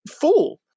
fool